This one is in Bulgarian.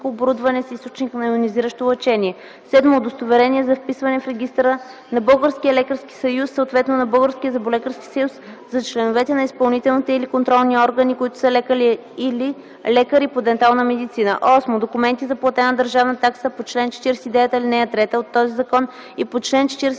оборудване с източник на йонизиращо лъчение; 7. удостоверението за вписване в регистъра на Българския лекарски съюз, съответно на Българския зъболекарски съюз – за членовете на изпълнителните или контролните органи, които са лекари или лекари по дентална медицина; 8. документи за платена държавна такса по чл. 49, ал. 3 от този закон и по чл. 46